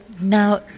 now